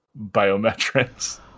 biometrics